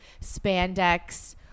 spandex